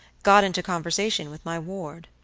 got into conversation with my ward.